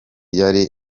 yari